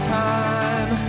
time